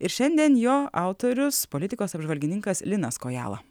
ir šiandien jo autorius politikos apžvalgininkas linas kojala